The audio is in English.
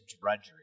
drudgery